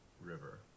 River